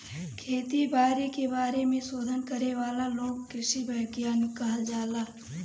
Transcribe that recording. खेती बारी के बारे में शोध करे वाला लोग के कृषि वैज्ञानिक कहल जाला